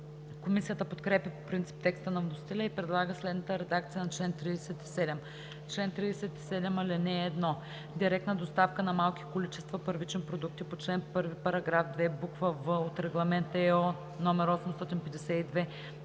Комисията подкрепя по принцип текста на вносителя и предлага следната редакция на чл. 37: „Чл. 37. (1) Директна доставка на малки количества първични продукти по чл. 1, параграф 2, буква „в“ от Регламент (ЕО)